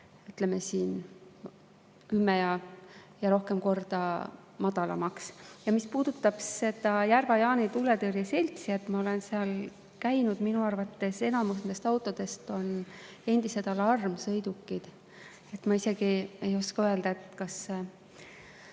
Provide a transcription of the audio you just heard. ütleme, kümme ja rohkem korda madalamaks. Ja mis puudutab Järva-Jaani Tuletõrje Seltsi – ma olen seal käinud, minu arvates on enamik autodest seal endised alarmsõidukid. Ma isegi ei oska öelda, kuidas